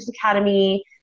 Academy